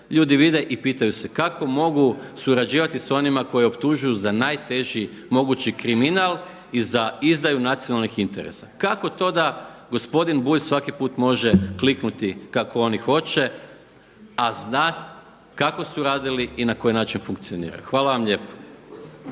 Ljudi vide i pitaju se kako mogu surađivati sa onima koje optužuju za najteži mogući kriminal i za izdaju nacionalnih interesa. Kako to da gospodin Bulj može kliknuti kako oni hoće, a zna kako su radili i na koji način funkcioniraju. Hvala vam lijepo.